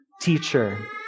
teacher